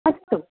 अस्तु